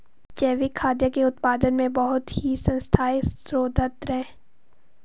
जैविक खाद्य के उत्पादन में बहुत ही संस्थाएं शोधरत हैं